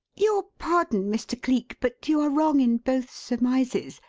your pardon, mr. cleek, but you are wrong in both surmises.